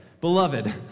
beloved